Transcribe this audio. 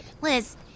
Liz